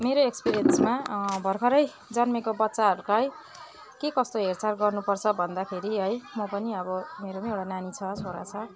मेरो एक्सपिरेन्समा भर्खरै जन्मेको बच्चाहरूको है के कस्तो हेरचाह गर्नुपर्छ भन्दाखेरि है म पनि अब मेरो नि एउटा नानी छ छोरा छ